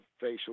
facial